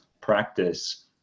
practice